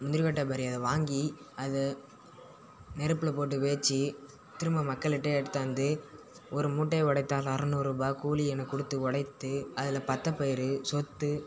முந்திரிக்கொட்டை வியாபாரி வாங்கி அதை நெருப்பில் போட்டு வேச்சு திரும்ப மக்களுட்டே எடுத்தாந்து ஒரு மூட்டையை உடைத்தால் அறுநூறுபா கூலி எனக் கொடுத்து உடைத்து அதில் பத்த பயிரு சொத்து